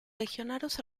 legionarios